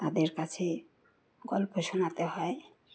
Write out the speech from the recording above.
তাদের কাছে গল্প শোনাতে হয়